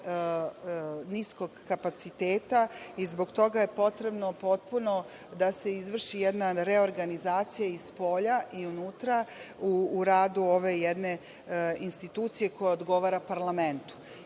niskog kapaciteta i zbog toga je potrebno da se izvrši jedna reorganizacija i spolja i unutra u radu ove jedne institucije koja odgovara parlamentu. Ono